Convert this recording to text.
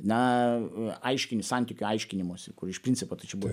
na aiškini santykių aiškinimosi kur iš principo ta čia buvo